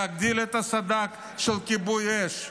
להגדיל את הסד"כ של כיבוי אש,